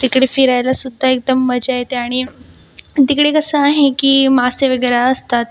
तिकडे फिरायलासुद्धा एकदम मजा येते आणि तिकडे कसं आहे की मासे वगैरे असतात